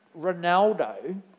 Ronaldo